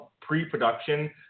pre-production